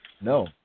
No